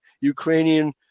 Ukrainian